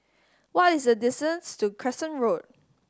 what is the distance to Crescent Road